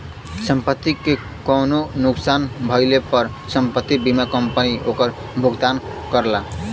संपत्ति के कउनो नुकसान भइले पर संपत्ति बीमा कंपनी ओकर भुगतान करला